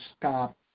stop